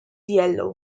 yellow